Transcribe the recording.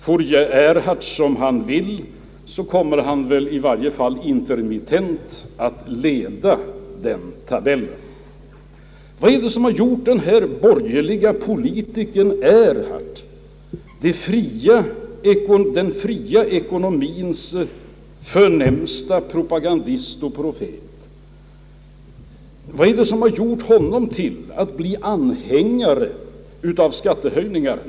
Får Erhard som han vill, kommer Västtyskland i varje fall temporärt att leda den tabellen. Vad är det som har gjort den borgerlige politikern Erhard — den fria ekonomiens förnämsta propagandist och profet — till anhängare av skattehöjningar?